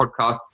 podcast